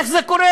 איך זה קורה?